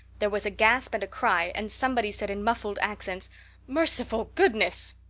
there was a gasp and a cry and somebody said in muffled accents merciful goodness!